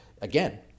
again